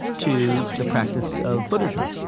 to the practice of buddhism,